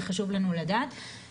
חשוב לנו לדעת את זה.